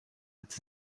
its